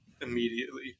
immediately